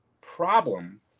problem